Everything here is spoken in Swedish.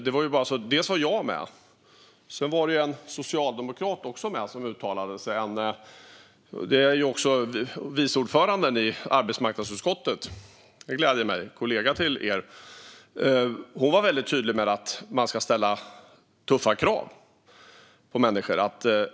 Det var dels jag och dels en socialdemokrat, vice ordföranden i arbetsmarknadsutskottet och kollega till er, som uttalade oss. Hon var väldigt tydlig med att man ska ställa tuffa krav på människor.